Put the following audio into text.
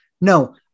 no